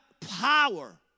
power